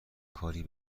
کاری